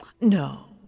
No